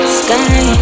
sky